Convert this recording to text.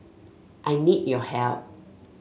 I need your help